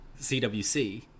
CWC